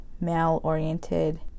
male-oriented